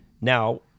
Now